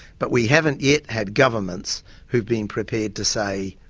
but we haven't yet had governments who've been prepared to say,